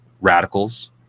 Radicals